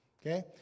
Okay